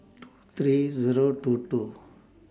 two three Zero two two